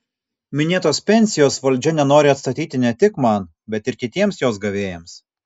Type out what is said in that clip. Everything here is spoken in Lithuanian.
minėtos pensijos valdžia nenori atstatyti ne tik man bet ir kitiems jos gavėjams